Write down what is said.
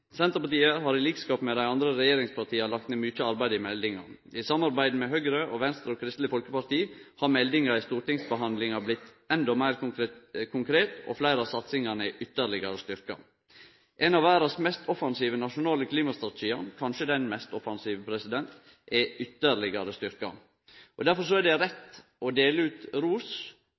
Senterpartiet har, til liks med dei andre regjeringspartia, lagt ned mykje arbeid i meldinga. I samarbeid med Høgre, Venstre og Kristeleg Folkeparti har meldinga i stortingsbehandlinga blitt endå meir konkret og fleire av satsingane ytterlegare styrkte. Ein av verda sine mest offensive nasjonale klimastrategiar – kanskje den mest offensive – er ytterligare styrkte. Difor er det rett å dele ut ros